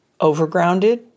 overgrounded